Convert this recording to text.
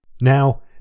Now